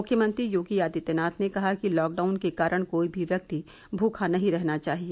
मुख्यमंत्री योगी आदित्यनाथ ने कहा कि लॉकडाउन के कारण कोई भी व्यक्ति भूखा नहीं रहना चाहिए